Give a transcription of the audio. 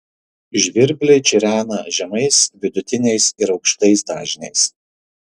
žvirbliai čirena žemais vidutiniais ir aukštais dažniais